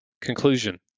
conclusion